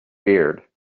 beard